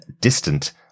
distant